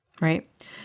right